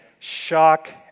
shock